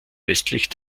westlich